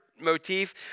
motif